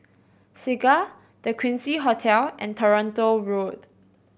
Segar The Quincy Hotel and Toronto Road